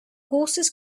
horses